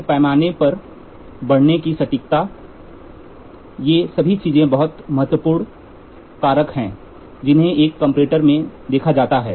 फिर पैमाने पर पढ़ने की सटीकता ये सभी चीजें बहुत महत्वपूर्ण कारक हैं जिन्हें एक कंपैरेटर मैं देखा जाता है